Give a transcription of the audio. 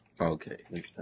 Okay